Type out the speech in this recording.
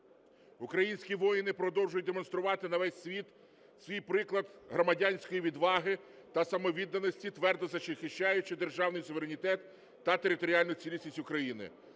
Українські воїни продовжують демонструвати на весь світ свій приклад громадянської відваги та самовідданості, твердо захищаючи державний суверенітет та територіальну цілісність України.